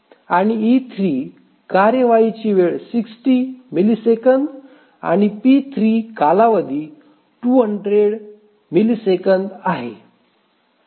आणि e3 कार्यवाहीची वेळ 60 मिलीसेकंद आणि p3 कालावधी 200 मिलीसेकंद आहे